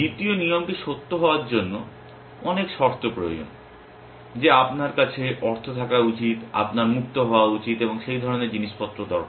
দ্বিতীয় নিয়মটি সত্য হওয়ার জন্য অনেক শর্ত প্রয়োজন যে আপনার কাছে অর্থ থাকা উচিত আপনার মুক্ত হওয়া উচিত এবং সেই ধরণের জিনিসপত্র দরকার